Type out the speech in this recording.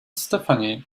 stephanie